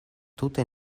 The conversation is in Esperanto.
tute